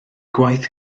gwaith